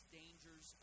dangers